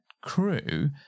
crew